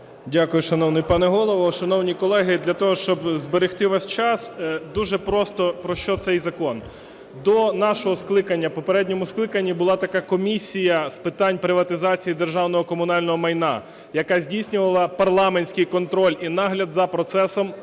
Дякую, шановний пане Голово. Шановні колеги, для того, щоб зберегти ваш час, дуже просто про що цей закон. До нашого скликання, в попередньому скликанні, була така комісія з питань приватизації державного комунального майна, яка здійснювала парламентський контроль і нагляд за процесом